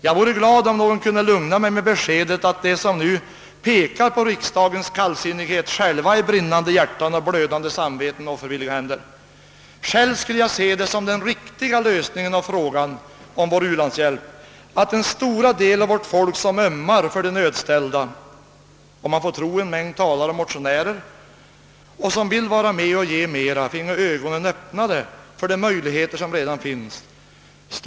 Jag vore glad om någon kunde lugna mig med beskedet att de som nu pekar på riksdagens kallsinnighet själva har brinnande hjärtan, glödande samveten och offervilliga händer. Själv skulle jag se det som en riktig lösning av frågan om vår u-landshjälp att den stora del av vårt folk som ömmar för de nödställda — om man får tro en mängd talare och motionärer — och vill vara med och ge mer finge ögonen öppnade för de möjligheter som finns.